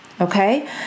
Okay